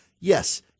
Yes